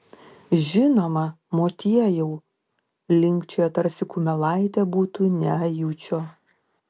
žinoma motiejau linkčioja tarsi kumelaitė būtų ne ajučio